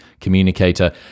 communicator